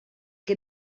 que